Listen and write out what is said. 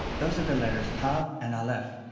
those are the letters tav and alaph,